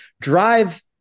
Drive